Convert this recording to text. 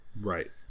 Right